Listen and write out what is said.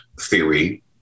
theory